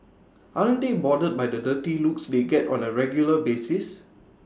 aren't they bothered by the dirty looks they get on A regular basis